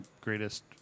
greatest